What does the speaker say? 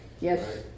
Yes